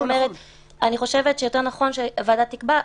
אני חושבת שיותר נכון שהוועדה תקבע.